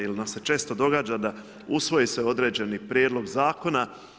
Jer nam se često događa da usvoji se određeni prijedlog zakona.